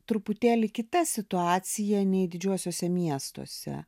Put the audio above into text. truputėlį kita situacija nei didžiuosiuose miestuose